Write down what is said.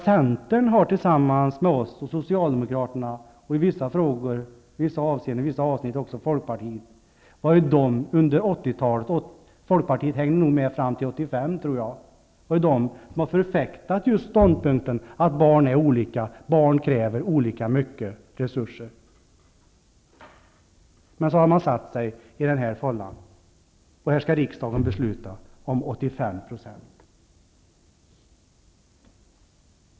Centern har ju tillsammans med oss och Socialdemokraterna -- i vissa avseenden också med Folkpartiet -- varit de som under 80-talet, jag tror att Folkpartiet hängde med fram till 1985, förfäktat just ståndpunkten att barn är olika, att barn kräver olika mycket resurser. Men sedan har man placerat sig i den här fållan, och nu skall riksdagen besluta om de 85 procenten.